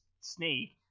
snake